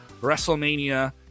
WrestleMania